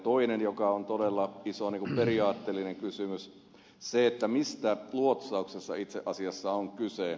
toinen joka on todella iso periaatteellinen kysymys on se mistä luotsauksessa itse asiassa on kyse